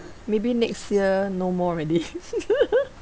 maybe next year no more already